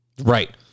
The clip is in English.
right